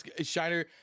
Shiner